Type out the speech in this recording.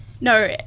no